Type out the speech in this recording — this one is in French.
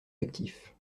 actif